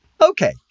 Okay